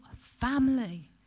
family